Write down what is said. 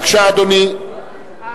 בבקשה, אדוני.